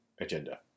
agenda